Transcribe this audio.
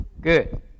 Good